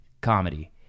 comedy